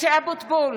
(קוראת בשמות חברי הכנסת) משה אבוטבול,